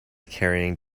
carrying